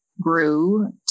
grew